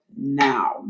now